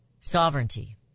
Sovereignty